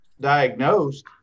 diagnosed